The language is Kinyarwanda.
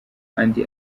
andi